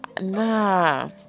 nah